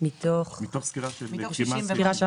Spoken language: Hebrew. מתוך 70 מדינות שסקרנו.